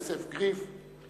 יוסף גריף,